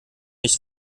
nicht